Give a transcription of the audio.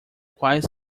quais